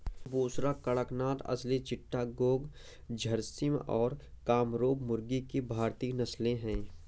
बुसरा, कड़कनाथ, असील चिट्टागोंग, झर्सिम और कामरूपा मुर्गी की भारतीय नस्लें हैं